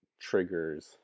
triggers